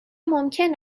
ممکن